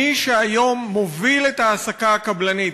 מי שהיום מובילות את ההעסקה הקבלנית,